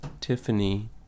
Tiffany